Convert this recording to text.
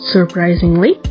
Surprisingly